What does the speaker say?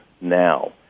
now